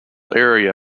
area